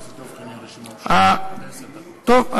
טוב,